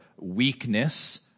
weakness